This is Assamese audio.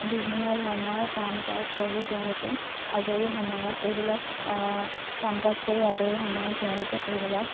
বিভিন্ন ধৰণৰ কাম কাজ কৰি তেওঁলোকে আজৰি সময়ত এইবিলাক কাম কাজ কৰি আজৰি সময়ত তেওঁলোকে এইবিলাক